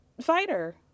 fighter